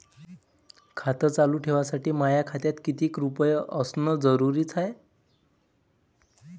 खातं चालू ठेवासाठी माया खात्यात कितीक रुपये असनं जरुरीच हाय?